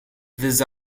this